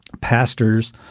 pastors